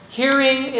hearing